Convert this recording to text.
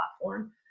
platform